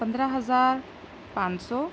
پندرہ ہزار پانچ سو